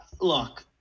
Look